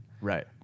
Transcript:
Right